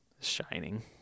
Shining